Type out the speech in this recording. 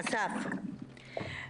אסף,